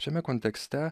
šiame kontekste